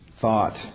thought